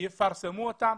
יפרסמו אותם.